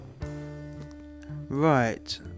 Right